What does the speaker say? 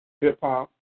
hip-hop